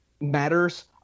matters